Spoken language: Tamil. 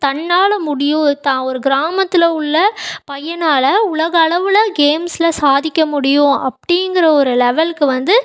தன்னால் முடியும் தான் ஒரு கிராமத்தில் உள்ள பையனால் உலக அளவில் கேம்ஸில் சாதிக்க முடியும் அப்படிங்குற ஒரு லெவலுக்கு வந்து